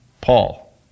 Paul